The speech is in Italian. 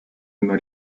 una